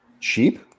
cheap